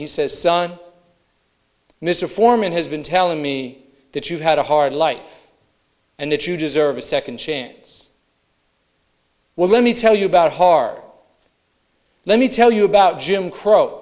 he says son mr foreman has been telling me that you've had a hard life and that you deserve a second chance well let me tell you about heart let me tell you about jim crow